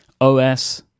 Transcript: OS